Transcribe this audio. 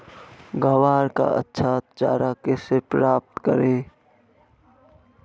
ग्वार का अच्छा चारा कैसे प्राप्त करें?